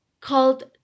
called